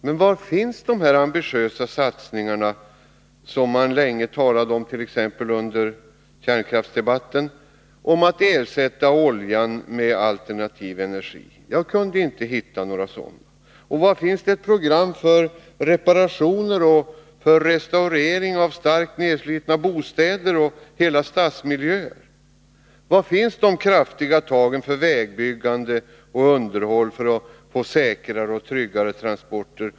Men var finns de ambitiösa satsningarna på att, som man t.ex. talade om under kärnkraftsdebatten, ersätta oljan med alternativ energi? Jag kan inte hitta några sådana. Var finns ett program för Nr 80 reparationer och restaurering av starkt nedslitna bostäder och hela stadsmil Måndagen den jöer? Var finns de kraftiga tagen för vägbyggande och underhåll för att få 15 februari 1982 säkrare och tryggare transporter?